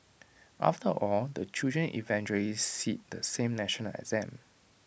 after all the children eventually sit the same national exam